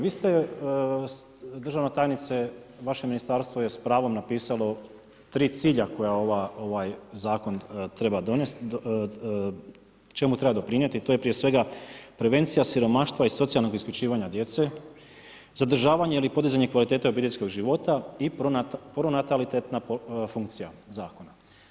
Vi ste državna tajnice, vaše ministarstvo je s pravom napisalo tri cilja koja ovaj zakon treba donesti, čemu treba doprinijeti, to je prije svega prevencija siromaštva i socijalnog isključivanja djece, zadržavanje ili podizanje kvalitete obiteljskog života i pronatalitetna funkcija zakona.